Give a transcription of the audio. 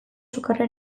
sukarra